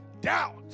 doubt